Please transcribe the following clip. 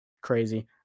Crazy